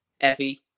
Effie